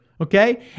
Okay